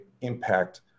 impact